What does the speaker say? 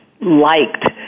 liked